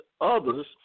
others